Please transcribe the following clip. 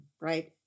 Right